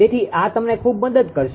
તેથી આ તમને ખુબ મદદ કરશે